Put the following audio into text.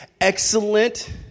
excellent